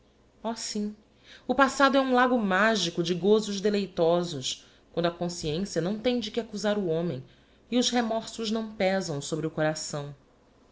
sim i o passado é um lago magico de gosos deleitosos quando a consciência não tem de que accusar o homem e os remorsos não pesam sobre o coração